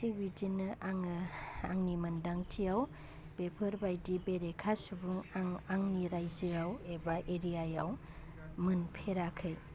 थिक बिदिनो आङो आंनि मोन्दांथियाव बेफोर बायदि बेरेखा सुबुं आं आंनि रायजोआव एबा एरिया याव मोनफेराखै